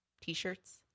T-shirts